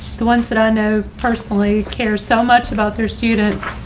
the ones that i know personally care so much about their students,